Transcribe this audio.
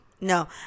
No